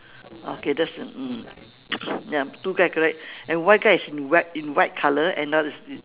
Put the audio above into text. okay that's mm ya two guy correct and one guy is in white in white colour another is is